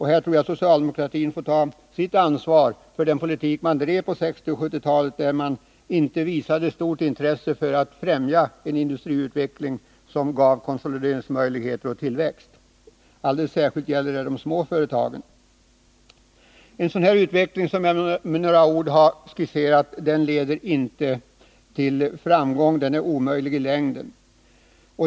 Här tror jag att socialdemokratin får ta sitt ansvar för den politik man bedrev på 1960 och 1970-talen, då man inte visade stort intresse för att främja en industriutveckling som gav möjligheter till konsolidering och tillväxt. Alldeles särskilt gäller det de små företagen. En utveckling av det slag som jag med några ord har skisserat leder inte till framgång. Den är omöjlig i längden.